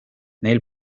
neil